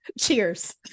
Cheers